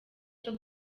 cyo